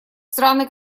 страны